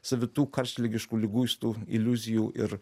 savitų karštligiškų liguistų iliuzijų ir